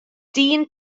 dyn